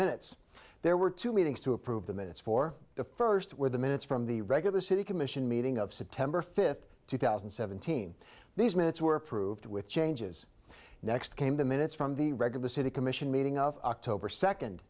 minutes there were two meetings to approve the minutes for the first where the minutes from the regular city commission meeting of september fifth two thousand and seventeen these minutes were approved with changes next came the minutes from the regular city commission meeting of october second